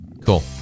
Cool